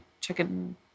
chicken